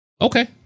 Okay